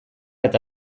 eta